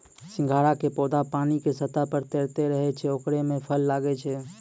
सिंघाड़ा के पौधा पानी के सतह पर तैरते रहै छै ओकरे मॅ फल लागै छै